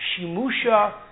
Shimusha